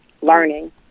learning